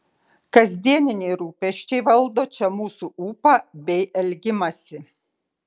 kasdieniniai rūpesčiai valdo čia mūsų ūpą bei elgimąsi